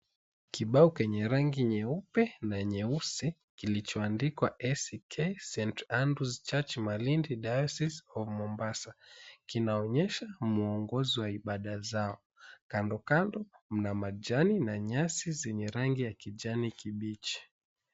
Kibao kenye rangi nyeupe na nyeusi, kilichoandikwa ACK St Andrews Church Malindi Diocese of Mombasa, kinaonyesha muongozo wa ibada zao, kando kando mna majani na nyasi zenye rangi ya kijani kibichi.